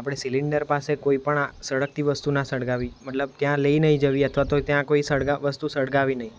આપણે સિલિન્ડર પાસે કોઈ પણ સળગતી વસ્તુ ના સળગાવી મતલબ ત્યાં લઈ નહીં જવી અથવા તો ત્યાં કોઈ સળ વસ્તુ સળગાવી નહીં